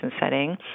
setting